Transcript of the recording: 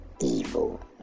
evil